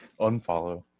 Unfollow